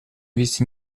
вести